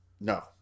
no